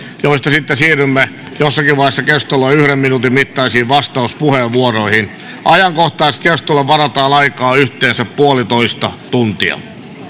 joista sitten siirrymme jossakin vaiheessa keskustelua yhden minuutin mittaisiin vastauspuheenvuoroihin ajankohtaiskeskustelulle varataan aikaa yhteensä yksi pilkku viisi tuntia